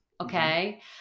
Okay